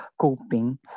coping